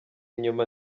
inyuma